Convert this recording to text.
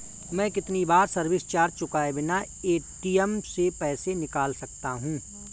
मैं कितनी बार सर्विस चार्ज चुकाए बिना ए.टी.एम से पैसे निकाल सकता हूं?